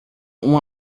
uma